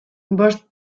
bost